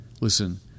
Listen